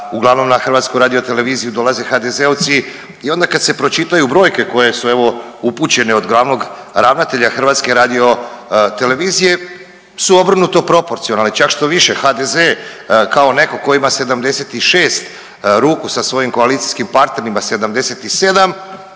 uglavnom na HRT-u dolaze HDZ-ovci i onda kada se pročitaju brojke koje su upućene od glavnog ravnatelja HRT-a su obrnuto proporcionalne, čak štoviše HDZ kao neko ko ima 76 ruku sa svojim koalicijskim partnerima 77